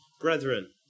brethren